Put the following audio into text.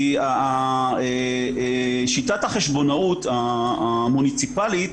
כי שיטת החשבונאות המוניציפלית